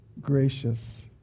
gracious